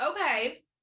Okay